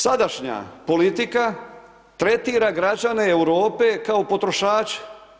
Sadašnja politika tretira građane Europe kao potrošače.